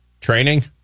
training